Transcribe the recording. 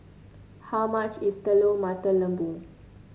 how much is Telur Mata Lembu